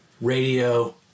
radio